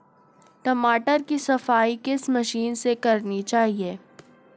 टमाटर की सफाई किस मशीन से करनी चाहिए?